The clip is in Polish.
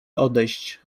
odejść